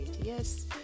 Yes